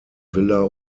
villa